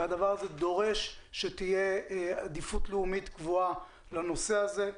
והדבר הזה דורש שתהיה עדיפות לאומית גבוהה לנושא הזה.